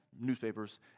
newspapers